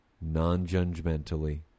non-judgmentally